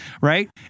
Right